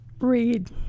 Read